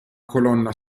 colonna